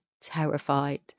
terrified